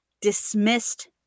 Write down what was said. dismissed